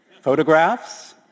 photographs